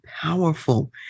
powerful